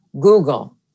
Google